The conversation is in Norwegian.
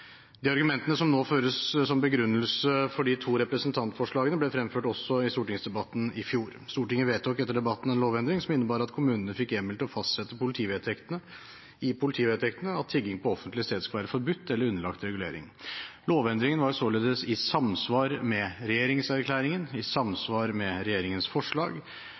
De argumentene som nå føres som begrunnelse for de to representantforslagene, ble fremført også i stortingsdebatten i fjor. Stortinget vedtok etter debatten en lovendring som innebar at kommunene fikk hjemmel til å fastsette i politivedtektene at tigging på offentlig sted skulle være forbudt eller underlagt regulering. Lovendringen var således i samsvar med regjeringserklæringen og i samsvar med regjeringens forslag,